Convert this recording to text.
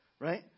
right